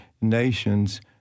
nations